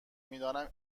میدانم